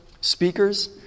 speakers